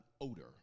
odor